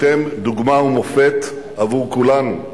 אתם דוגמה ומופת עבור כולנו,